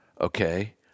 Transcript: okay